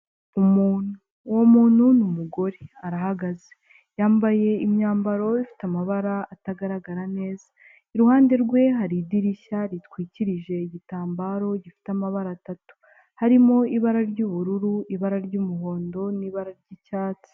Umuntu; uwo muntu ni umugore, arahagaze yambaye imyambaro ifite amabara atagaragara neza iruhande rwe hari idirishya ritwikirije igitambaro gifite amabara atatu harimo ibara ry'ubururu ibara ry'umuhondo n'ibara ry'icyatsi.